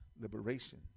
liberation